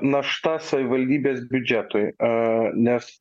našta savivaldybės biudžetui a nes